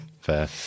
Fair